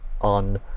on